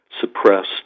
suppressed